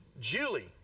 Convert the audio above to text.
Julie